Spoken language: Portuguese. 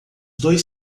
dois